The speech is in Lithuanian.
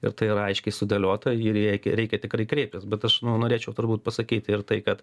ir tai yra aiškiai sudėliota į jį rėkia reikia tikrai kreiptis bet aš nu norėčiau turbūt pasakyti ir tai kad